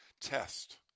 test